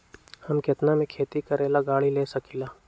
हम केतना में खेती करेला गाड़ी ले सकींले?